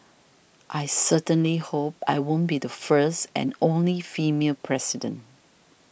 I certainly hope I won't be the first and only female president